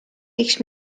võiks